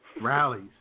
Rallies